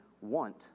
want